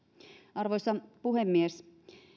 arvoisa puhemies